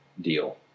deal